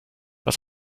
was